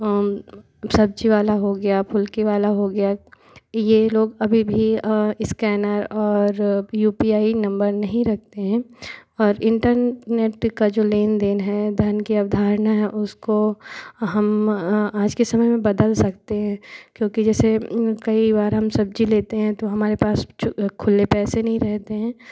सब्ज़ी वाला हो गया फुल्की वाला हो गया यह लोग अभी भी स्कैनर और यू पी आई नम्बर नहीं रखते हैं और इंटरनेट का जो लेन देन है धन की अवधारणा है उसको हम आज के समय में बदल सकते हैं क्योंकि जैसे कई बार हम सब्ज़ी लेते हैं तो हमारे पास खुला पैसे नहीं रहते हैं